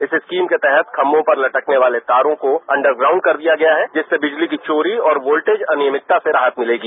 इस स्कीम केतहत खम्बों पर लटकने वाले तारों को अंडर ग्राउंड कर दिया गया है जिससे बिजली की चोरी और वोल्टेज अनियमित्ता से राहत मिलेगी